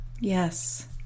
Yes